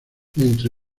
entre